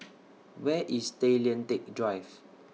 Where IS Tay Lian Teck Drive